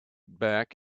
back